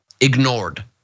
ignored